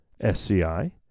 SCI